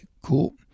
cool